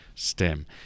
STEM